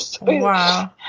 Wow